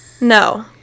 no